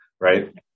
Right